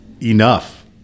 enough